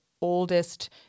oldest –